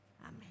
Amen